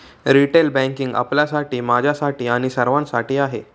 retail banking आपल्यासाठी, माझ्यासाठी आणि सर्वांसाठी आहे